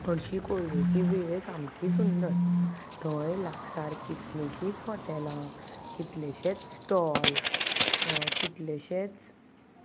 हरशीं कोल्वेची वेळ सामकी सुंदर थंय लागसार कितलींशींच हॉटेलां कितलेशेच स्टॉल कितलेशेच